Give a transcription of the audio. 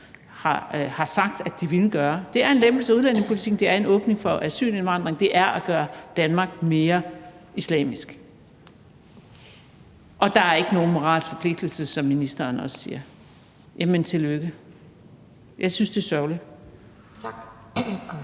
har sagt de ville gøre. Det er en lempelse af udlændingepolitikken, det er en åbning for asylindvandring – det er at gøre Danmark mere islamisk. Og der er, som ministeren også siger, ikke nogen moralsk forpligtelse. Jamen tillykke. Jeg synes, det er sørgeligt. Kl.